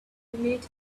met